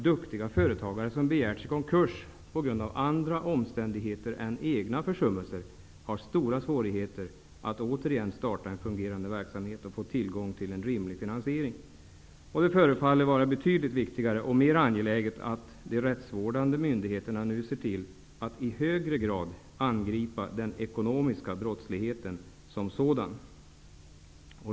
Duktiga företagare som begärts i konkurs på grund av andra omständigheter än egna försummelser har nämligen stora svårigheter att återigen starta en fungerande verksamhet och få tillgång till en rimlig finansiering. Det förefaller vara betydligt viktigare och mer angeläget att de rättsvårdande myndigheterna nu ser till att i högre grad angripa den ekonomiska brottsligheten som sådan.